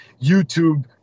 YouTube